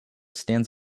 stands